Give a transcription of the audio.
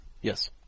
Yes